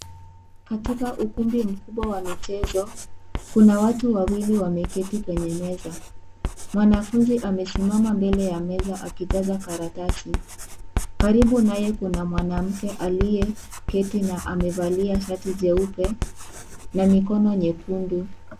Katika ukumbi mkubwa wa michezo kuna watu wawili wameketi kwenye meza mwanafunzi amesimama mbele ya meza akijaza karatasi karibu naye kuna mwanamke aliyeketi na amevalia shati jeupe na mikono nyekundu.